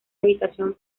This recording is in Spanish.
habitación